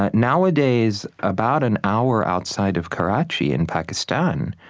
ah nowadays, about an hour outside of karachi in pakistan,